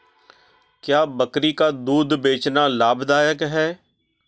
क्या बकरी का दूध बेचना लाभदायक है?